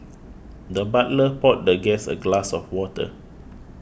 the butler poured the guest a glass of water